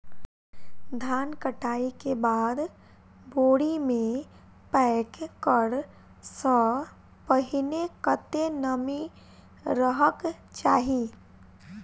धान कटाई केँ बाद बोरी मे पैक करऽ सँ पहिने कत्ते नमी रहक चाहि?